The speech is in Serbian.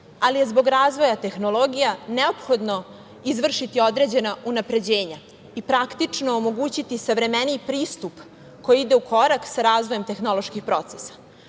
ali je zbog razvoja tehnologija neophodno izvršiti određena unapređenja i praktično omogućiti savremeniji pristup koji ide u korak sa razvojem tehnoloških procesa,